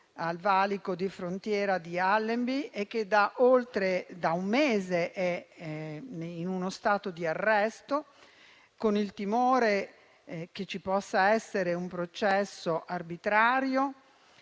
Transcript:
al valico di frontiera di Allenby, e che da un mese è in stato di arresto, con il timore che ci possa essere un processo arbitrario,